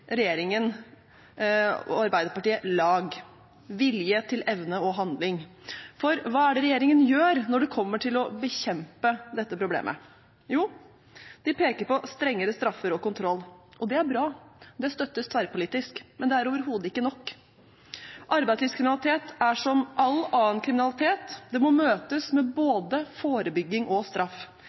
regjeringen og Arbeiderpartiet lag med hensyn til vilje og evne til handling. For hva er det regjeringen gjør når det gjelder å bekjempe dette problemet? Jo, den peker på strengere straffer og kontroll. Det er bra, det støttes tverrpolitisk, men det er overhodet ikke nok. Arbeidslivskriminalitet er som all annen kriminalitet, den må møtes med både forebygging og straff.